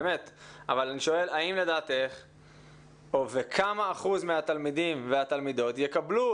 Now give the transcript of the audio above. אבל אני שואל כמה אחוז מהתלמידים והתלמידות יקבלו,